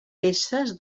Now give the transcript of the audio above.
peces